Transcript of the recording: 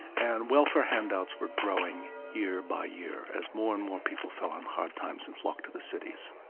and welfare handouts were growing year by year, as more and more people fell on hard times and flocked to the cities.